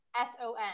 S-O-N